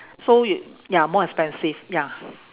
so you ya more expensive ya